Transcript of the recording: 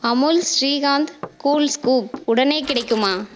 Amul shrikhand cool scoop உடனே கிடைக்குமா